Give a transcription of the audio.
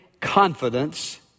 confidence